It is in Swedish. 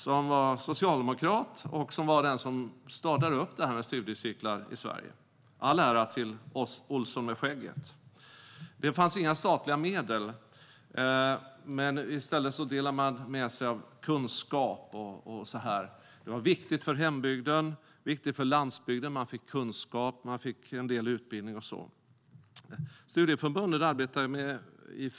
Han var socialdemokrat och den som startade detta med studiecirklar i Sverige. All ära till Olsson med skägget! Det fanns inga statliga medel, utan i stället delade man med sig av kunskap. Det var viktigt för hembygden och landsbygden; man fick kunskap, en del utbildning och så vidare.